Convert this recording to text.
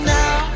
now